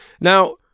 Now